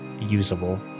usable